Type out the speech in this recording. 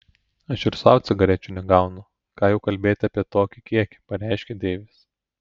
aš ir sau cigarečių negaunu ką jau kalbėti apie tokį kiekį pareiškė deivis